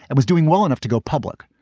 it was doing well enough to go public.